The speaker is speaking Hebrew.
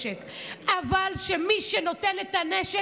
אבל בואי נסיים.